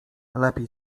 lepiej